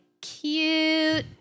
cute